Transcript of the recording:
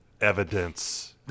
Evidence